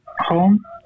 home